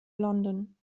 london